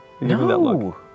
No